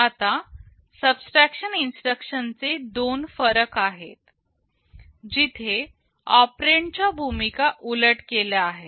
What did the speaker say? आता subtraction instruction चे दोन फरक आहेत जिथे ऑपरेंड च्या भूमिका उलट केल्या आहेत